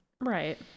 Right